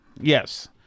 Yes